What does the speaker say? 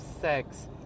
sex